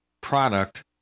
product